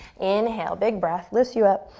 inhale, big breath lifts you up.